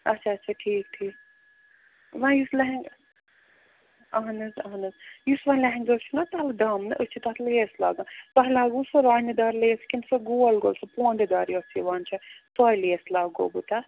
اچھا اچھا ٹھیٖک ٹھیٖک وۄنۍ یُس لہن اہن حظ اہن حظ یُس وۄنۍ لہنگاہس چھُ نہ تَلہ دامنہٕ أسۍ چھِ تَتھ لیس لاگان تۄہہِ لاگوٕ سُہ رۄنہِ دار لیس کِنہٕ سۄ گول گول سُہ پونڈٕ دار یۄس یِوان چھےٚ سوے لیس لاگو بہٕ تَتھ